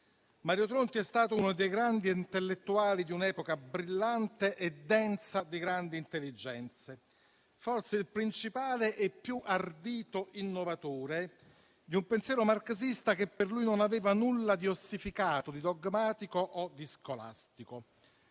Mario Tronti è stato uno dei grandi intellettuali di un'epoca brillante e densa di grandi intelligenze, forse il principale e più ardito innovatore di un pensiero marxista che per lui non aveva nulla di ossificato, di dogmatico o di scolastico.